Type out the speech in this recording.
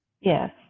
Yes